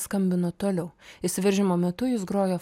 skambino toliau įsiveržimo metu jis grojo